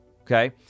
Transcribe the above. okay